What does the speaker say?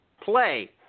Play